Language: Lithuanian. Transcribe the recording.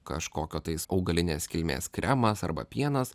kažkokio tais augalinės kilmės kremas arba pienas